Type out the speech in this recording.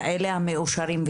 כאלה המאושרים,